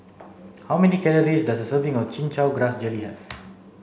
how many calories does a serving of chin chow grass jelly have